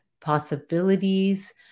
possibilities